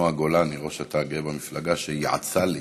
לנועה גולן מראש התא הגאה במפלגה שייעצה לי